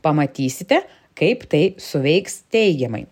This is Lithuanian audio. pamatysite kaip tai suveiks teigiamai